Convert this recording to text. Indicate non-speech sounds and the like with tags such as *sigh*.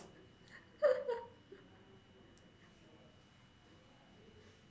*laughs*